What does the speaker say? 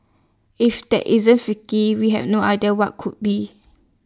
if that isn't freaky we have no idea what could be